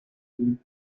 دیدیم